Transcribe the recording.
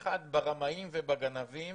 האחד, ברמאים ובגנבים